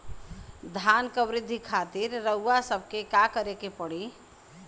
धान क वृद्धि खातिर रउआ सबके का करे के पड़ी?